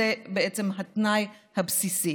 זה בעצם התנאי הבסיסי.